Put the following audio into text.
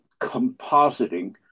compositing